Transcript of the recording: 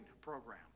program